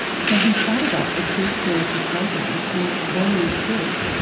so he started up a surf therapy program called warrior surf,